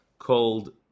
Called